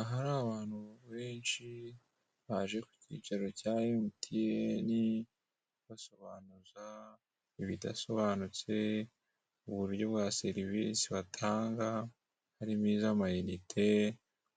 Ahari abantu benshi baje ku kicaro cya emutiyeni basobanuza ibidasobanutse mu buryo bwa serivise batanga harimo iz'amayinite,